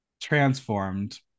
transformed